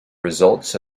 results